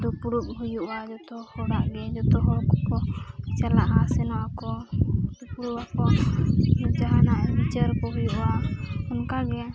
ᱫᱩᱯᱲᱩᱵ ᱦᱩᱭᱩᱜᱼᱟ ᱡᱚᱛᱚ ᱦᱚᱲᱟᱜ ᱜᱮ ᱡᱚᱛᱚ ᱦᱚᱲ ᱠᱚᱠᱚ ᱪᱟᱞᱟᱜᱼᱟ ᱥᱮᱱᱚᱜ ᱟᱠᱚ ᱫᱩᱯᱲᱩᱵ ᱟᱠᱚ ᱡᱟᱦᱟᱱᱟᱜ ᱵᱤᱪᱟᱹᱨᱠᱚ ᱦᱩᱭᱩᱜᱼᱟ ᱚᱱᱠᱟᱜᱮ